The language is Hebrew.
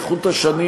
כחוט השני,